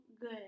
good